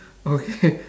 okay